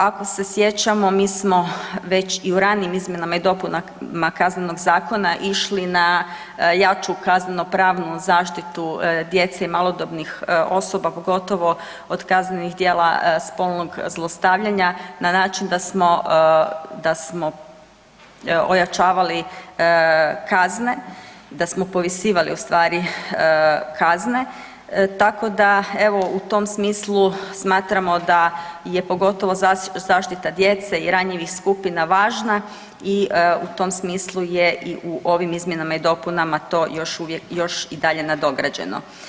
Ako se sjećamo, mi smo već i u ranijim izmjenama i dopunama Kaznenog zakona išli na jaču kaznenopravnu zaštitu djece i malodobnih osoba, pogotovo od kaznenih djela spolnog zlostavljanja, na način da smo, da smo ojačavali kazne, da smo povisivali ustvari, kazne, tako da, evo, u tom smislu smatramo da je pogotovo zaštita djece i ranijih skupina važna i u tom smislu je i u ovim izmjenama i dopunama to još i dalje nadograđeno.